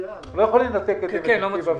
אנחנו לא יכולים לנתק את זה מתקציב המדינה.